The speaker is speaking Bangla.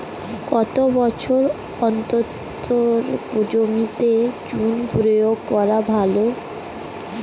কত বছর অন্তর জমিতে চুন প্রয়োগ করা ভালো?